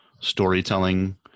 storytelling